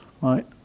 right